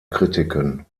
kritiken